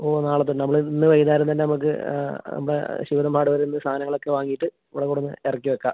ഓ നാളത്തന്നെ നമ്മൾ ഇന്ന് വൈകുന്നേരം തന്നെ നമുക്ക് നമ്മളെ ശിവദം ഹാർഡ്വെയറിന്ന് സാധങ്ങൾ ഒക്കെ വാങ്ങീട്ട് ഇവിടെ കൊണ്ടുവന്ന് ഇറക്കി വെക്കാം